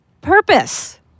purpose